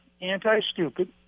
anti-stupid